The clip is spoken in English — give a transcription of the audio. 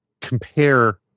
compare